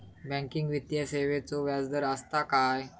Banking वित्तीय सेवाचो व्याजदर असता काय?